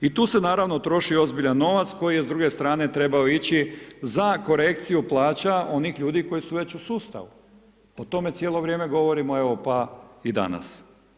I tu se naravno troši ozbiljan novac, koji je s druge strane trebao ići za korekciju plaća onih ljudi koji su već u sustavu, o tome cijelo vrijeme govorimo evo pa i danas.